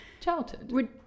childhood